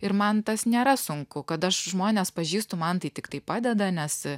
ir man tas nėra sunku kad aš žmones pažįstu man tai tiktai padeda nes